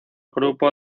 grupo